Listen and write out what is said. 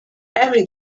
every